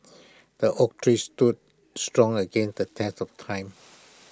the oak tree stood strong against the test of time